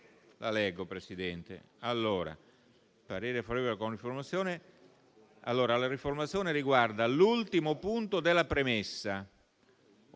Signor Presidente, la riformazione riguarda l'ultimo punto della premessa: